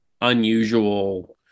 unusual